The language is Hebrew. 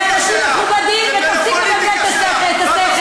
הם אנשים מכובדים, ותפסיק לבלבל את השכל.